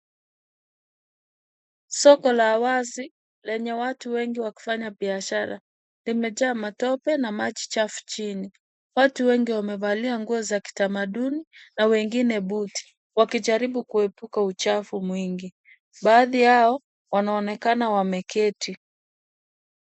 Soko la wazi lenye watu wengi wakufanya biashara, limejaa matope na maji chafu chini. Watu wengi wamevalia nguo za kitamaduni na wengine buti wakijaribu kuepuka uchafu mwingi. Baadhi yao wanaonekana wameketi.